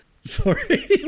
Sorry